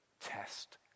test